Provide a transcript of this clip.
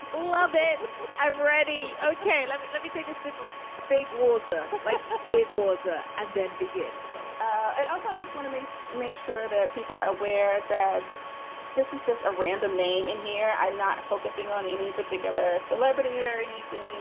love it i'm ready ok, let me let me take a sip of big water like but big water and then begin nicole. and also, i just want to make make sure that people are aware that this is just a random name in here. i'm not focusing on any particular celebrity or anything.